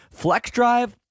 FlexDrive